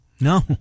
No